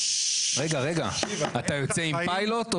אתה יוצא עם פיילוט?